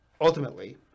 Ultimately